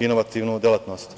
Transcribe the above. inovativnu delatnost.